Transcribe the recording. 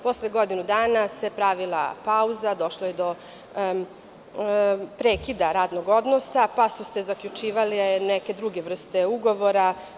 Posle godinu dana se pravila pauza, došlo je do prekida radnog odnosa, pa su se zaključivale neke druge vrste ugovora.